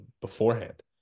beforehand